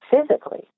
physically